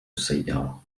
السيارة